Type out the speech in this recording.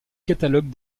catalogues